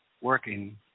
working